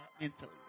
mentally